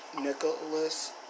Nicholas